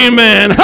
Amen